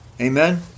Amen